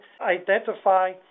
identify